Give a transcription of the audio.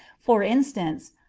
for instance,